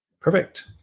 Perfect